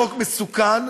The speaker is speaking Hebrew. מחוק מסוכן,